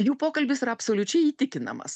jų pokalbis yra absoliučiai įtikinamas